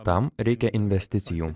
tam reikia investicijų